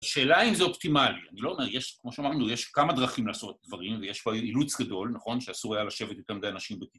השאלה אם זה אופטימלי, אני לא אומר, יש, כמו שאמרנו, יש כמה דרכים לעשות דברים ויש פה אילוץ גדול, נכון? שאסור היה לשבת יותר מדי אנשים בתים.